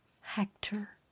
Hector